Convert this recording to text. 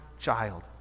child